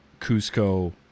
Cusco